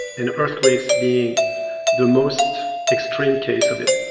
and earthquakes being the most extreme case of it.